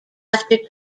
after